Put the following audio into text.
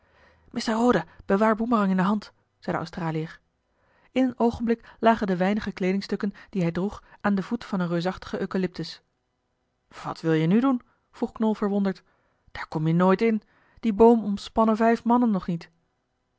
roda bewaar boemerang in de hand zei de australiër in een oogenblik lagen de weinige kleedingstukken die hij droeg aan den voet van een reusachtigen eucalyptus wat wil je nu doen vroeg knol verwonderd daar kom-je nooit in dien boom omspannen vijf mannen nog niet